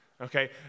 okay